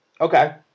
Okay